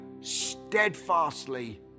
steadfastly